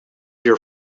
your